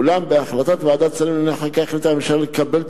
אולם בהחלטת ועדת שרים לענייני חקיקה החליטה הממשלה לקבל את